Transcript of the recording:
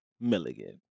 Milligan